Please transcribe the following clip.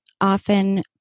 often